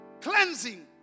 cleansing